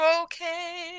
okay